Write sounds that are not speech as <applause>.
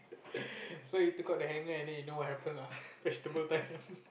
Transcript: <laughs> so he took out the hanger and then you know what happened lah vegetable time <laughs>